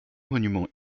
monuments